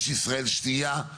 יש ישראל שניה,